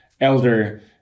Elder